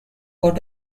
what